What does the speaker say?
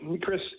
Chris